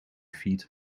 feet